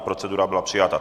Procedura byla přijata.